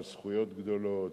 בעל זכויות גדולות,